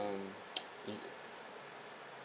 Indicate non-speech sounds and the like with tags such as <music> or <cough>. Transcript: um <noise> it